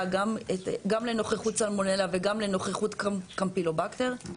גם לנוכחות סלמונלה וגם לנוכחות קמפילובקטר.